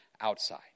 outside